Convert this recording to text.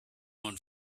own